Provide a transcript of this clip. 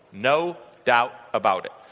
no doubt about it.